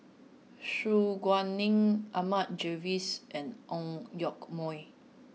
Su Guaning Ahmad Jais and Ang Yoke Mooi